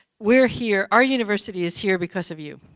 we're here our university is here because of you.